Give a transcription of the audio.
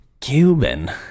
cuban